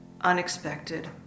unexpected